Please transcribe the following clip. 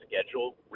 schedule